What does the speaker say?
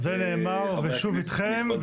על זה נאמר ושוב אתכם,